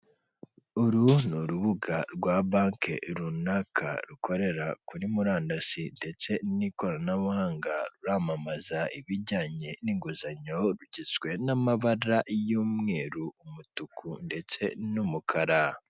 Uru ni urubuga rwa banki runaka, rukorera kuri murandasi, ndetse n'ikoranabuhanga. Ruramamaza ibijyanye n'inguzanyo, rugizwe n'amabara y'umweru, umutuku ndetse n'umukara.